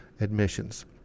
admissions